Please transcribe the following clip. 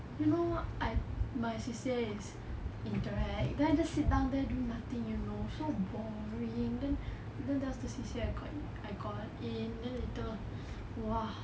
you know I my C_C_A is interact then I just sit down there do nothing you know so boring then that's the C_C_A I got in then later !wah!